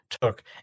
took